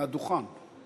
מהדוכן.